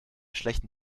schlechten